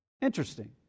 Interesting